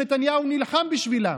שנתניהו נילחם בשבילם.